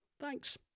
Thanks